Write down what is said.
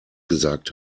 gesagt